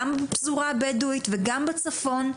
גם בפזורה הבדואית וגם בצפון,